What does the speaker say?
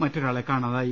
മറ്റൊരാളെ കാണാതായി